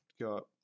got